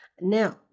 Now